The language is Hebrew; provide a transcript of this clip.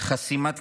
חסימת כבישים,